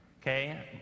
okay